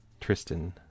Tristan